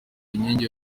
inkingi